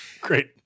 Great